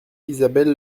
isabelle